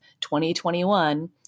2021